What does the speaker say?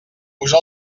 usa